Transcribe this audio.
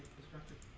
distracted